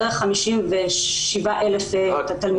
בערך 57,000 תלמידים.